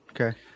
Okay